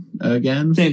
again